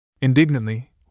Indignantly